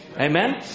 Amen